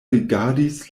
rigardis